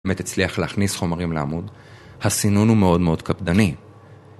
באמת הצליח להכניס חומרים לעמוד, הסינון הוא מאוד מאוד קפדני